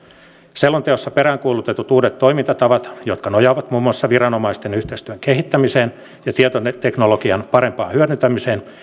selonteossa peräänkuulutetut uudet toimintatavat jotka nojaavat muun muassa viranomaisten yhteistyön kehittämiseen ja tietoteknologian parempaan hyödyntämiseen